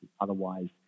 Otherwise